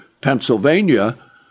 Pennsylvania